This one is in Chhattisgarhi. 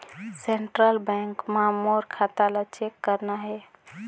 सेंट्रल बैंक मां मोर खाता ला चेक करना हे?